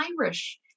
irish